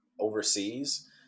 overseas